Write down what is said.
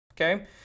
Okay